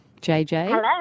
JJ